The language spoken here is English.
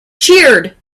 cheered